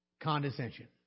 condescension